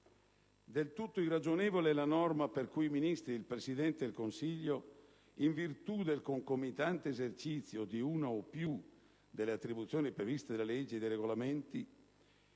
Del tutto irragionevole è la norma per cui i Ministri ed il Presidente del Consiglio, in virtù del concomitante esercizio di una o più delle attribuzioni previste dalle leggi e dai regolamenti